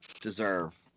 deserve